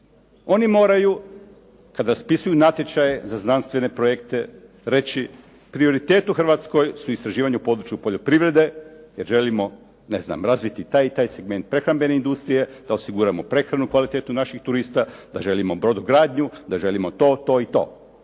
Oni moraju kad raspisuju natječaje za znanstvene projekte reći prioritet u Hrvatskoj su istraživanja u području poljoprivrede jer želimo ne znam razviti taj i taj segment prehrambene industrije da osiguramo prehranu kvalitetnu naših turista, da želimo brodogradnju, da želimo to, to i to.